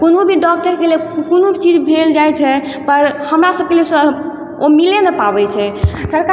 कोनो भी डॉक्टरके लेल कोनो चीज भेल जाइ छै पर हमरा जोसभके लेल सर ओ मिले नइ पाबै छै सरकार